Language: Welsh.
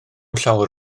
llawer